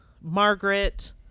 Margaret